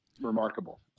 remarkable